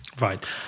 Right